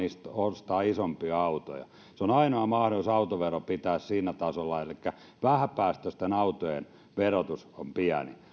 ostaa isompia autoja ainoa mahdollisuus olisi pitää autovero sillä tasolla että vähäpäästöisten autojen verotus on pieni